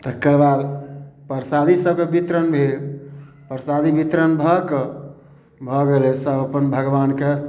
तकर बाद परसादी सबके बितरण भेल परसादी बितरण भऽ कऽ भऽ गेलै सब अपन भगबानके